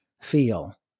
feel